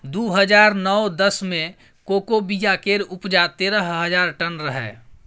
दु हजार नौ दस मे कोको बिया केर उपजा तेरह हजार टन रहै